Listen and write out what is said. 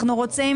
אנחנו רוצים